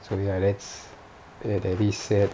so ya that's very sad